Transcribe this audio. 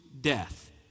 death